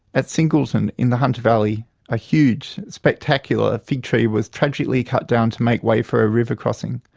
at singleton in the hunter valley a huge, spectacular, fig tree was tragically cut down to make way for a river crossing.